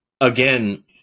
Again